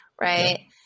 right